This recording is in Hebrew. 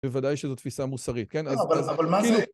בוודאי שזו תפיסה מוסרית, כן? אז אז - לא, אבל מה זה...